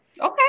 Okay